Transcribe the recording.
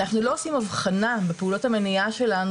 אנחנו לא עושים אבחנה בפעולות המניעה שלנו